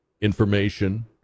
information